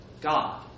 God